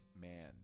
man